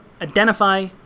identify